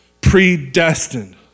predestined